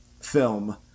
film